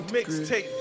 Mixtape